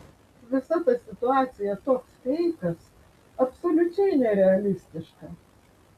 visa ta situacija toks feikas absoliučiai nerealistiška